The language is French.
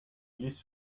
glisse